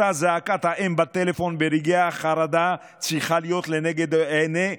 אותה זעקת האם בטלפון ברגעי החרדה צריכה להיות לנגד עיני כולנו.